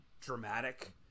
dramatic